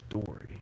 story